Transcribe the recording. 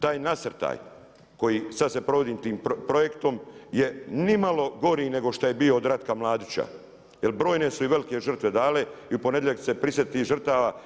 Taj nacrtaj, koji sad se provodi tim projektom, je ni malo gori, nego što je bio od Ratka Mladića, jer brojne su i velike žrtve dale i u ponedjeljak su se prisjetili tih žrtava.